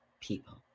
people